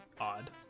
odd